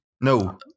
No